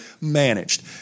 managed